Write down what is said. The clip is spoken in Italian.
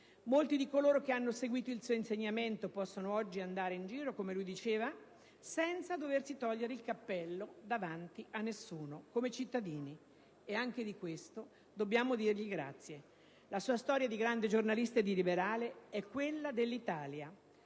Molti di coloro che hanno seguito il suo insegnamento possono oggi andare in giro, come lui amava dire, «senza doversi togliere il cappello davanti a nessuno», come cittadini. E anche di questo dobbiamo dirgli grazie. La sua storia di grande giornalista e di liberale è quella dell'Italia.